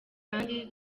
kandi